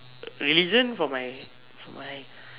religion for my for my